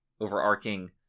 overarching